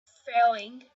failing